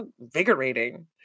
Invigorating